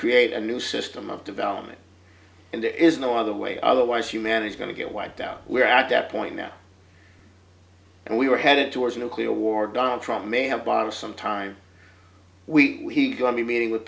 create a new system of development and there is no other way otherwise humanity going to get wiped out we are at that point now and we were headed towards a nuclear war donald trump may have bought us some time we going to meeting with